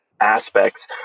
aspects